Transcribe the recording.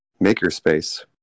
makerspace